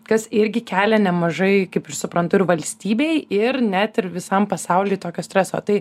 kas irgi kelia nemažai kaip ir suprantu ir valstybei ir net ir visam pasauliui tokio streso tai